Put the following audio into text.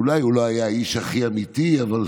אולי הוא לא היה האיש הכי אמיתי, אבל